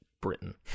Britain